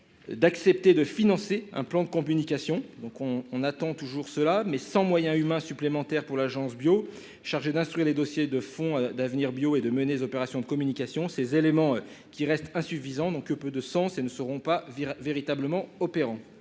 D'accepter de financer un plan de communication donc on, on attend toujours cela mais sans moyens humains supplémentaires pour l'Agence Bio, chargée d'instruire les dossiers de fond d'Avenir Bio et de mener. Opération de communication, ces éléments qui reste insuffisant donc que peu de sens et ne seront pas véritablement opérants